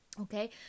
Okay